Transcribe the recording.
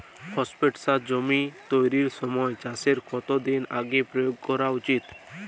Phosphate সার জমি তৈরির সময় চাষের কত দিন আগে প্রয়োগ করা উচিৎ?